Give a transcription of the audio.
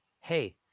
hey